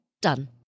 done